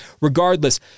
regardless